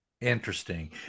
Interesting